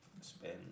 spend